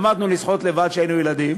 למדנו לשחות לבד כשהיינו ילדים,